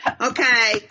okay